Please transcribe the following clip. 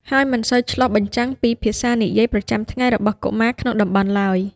ហើយមិនសូវឆ្លុះបញ្ចាំងពីភាសានិយាយប្រចាំថ្ងៃរបស់កុមារក្នុងតំបន់ឡើយ។